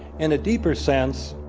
in a deeper sense,